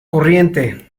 corriente